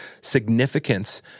significance